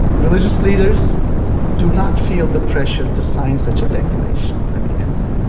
religious leaders do not feel the pressure to sign such a declaration. let me end